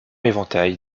éventail